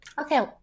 Okay